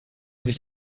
sich